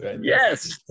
yes